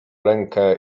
rękę